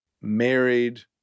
married